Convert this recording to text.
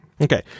Okay